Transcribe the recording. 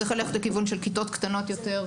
צריך ללכת לכיוון של כיתות קטנות יותר,